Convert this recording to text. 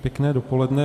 Pěkné dopoledne.